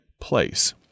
place